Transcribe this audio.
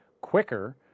quicker